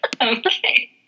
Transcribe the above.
Okay